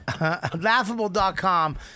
Laughable.com